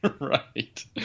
right